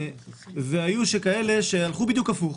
והיו כאלה שהלכו בדיוק הפוך,